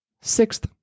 Sixth